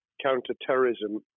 counter-terrorism